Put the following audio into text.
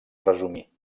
resumir